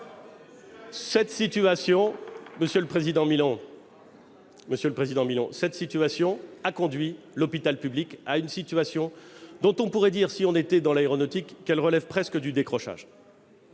de discours ! Ces décisions ont conduit l'hôpital public à une situation dont on pourrait dire, si on était dans l'aéronautique, qu'elle relève presque du décrochage.